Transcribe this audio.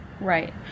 Right